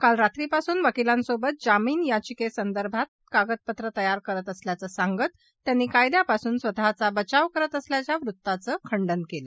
काल रात्रीपासून वकिलांसोबत जामिन याचिकेसंदर्भात कागदपत्र तयार करत असल्याचं सांगत त्यांनी कायद्यापासून स्वतःचा बचाव करत असल्याच्या वृत्ताचं खंडन केलं